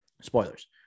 Spoilers